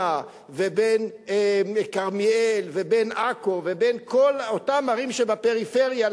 ובין כרמיאל ובין עכו ובין כל אותן שבפריפריה,